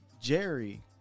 Jerry